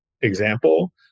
example